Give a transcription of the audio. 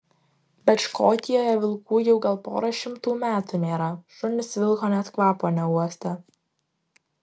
bet škotijoje vilkų jau gal pora šimtų metų nėra šunys vilko net kvapo neuostę